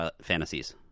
fantasies